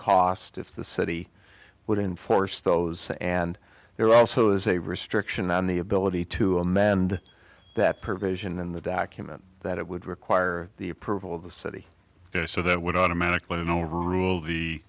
cost if the city would enforce those and there also is a restriction on the ability to amend that provision in the document that it would require the approval of the city or so that would automatically and overrule